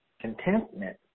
contentment